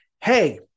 Hey